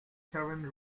karen